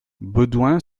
baudouin